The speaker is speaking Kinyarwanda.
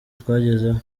twagezeho